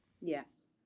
Yes